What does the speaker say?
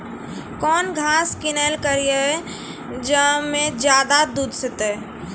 कौन घास किनैल करिए ज मे ज्यादा दूध सेते?